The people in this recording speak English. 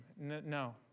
No